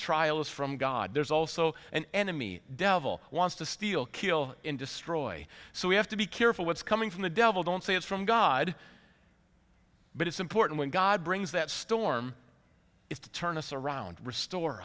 trials from god there's also an enemy devil wants to steal kill and destroy so we have to be careful what's coming from the devil don't say it's from god but it's important when god brings that storm is to turn us around restore